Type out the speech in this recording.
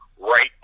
right